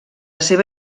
seva